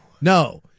No